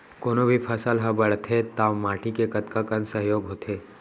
कोनो भी फसल हा बड़थे ता माटी के कतका कन सहयोग होथे?